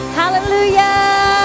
hallelujah